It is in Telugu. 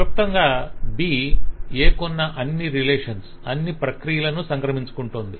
క్లుప్తంగా B A కున్న అన్ని రిలేషన్స్ అన్ని ప్రక్రియలను సంక్రమించుకోంటుంది